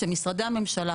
שמשרדי הממשלה,